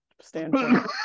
standpoint